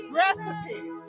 recipe